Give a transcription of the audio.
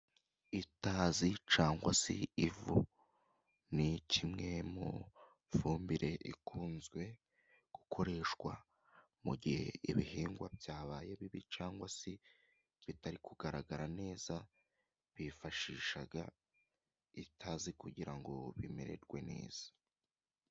Itazi cyangwa se ivu ni kimwe mu ifumbire ikunze gukoreshwa mu gihe ibihingwa byabaye bibi cyangwa se bitari kugaragara neza bifashisha itazi kugira ngo bimererwe neza.